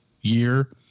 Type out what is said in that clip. year